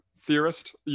theorist